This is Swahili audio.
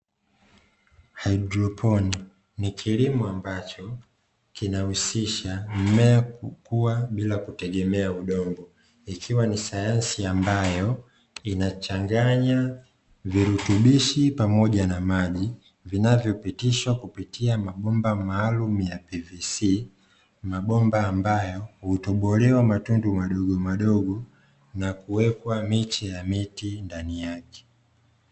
Haidroponi ni kilimo ambacho kinahusisha mmea kukua bila kutegemea udongo, ikiwa ni sayansi ambayo inachanganya virutubishi pamoja na maji vinavyopitishwa kupitia mabomba maalumu ya "PVC" ;mabomba ambayo hutobolewa matundu madogomadogo na kuwekwa miche ya miti ndani yake.